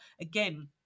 again